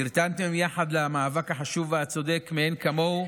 נרתמתם יחד למאבק החשוב והצודק מאין כמוהו